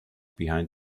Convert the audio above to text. behind